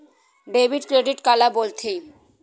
Debit credit काला बोल थे?